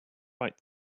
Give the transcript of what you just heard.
might